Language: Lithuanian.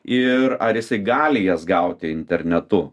ir ar jisai gali jas gauti internetu